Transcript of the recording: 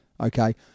Okay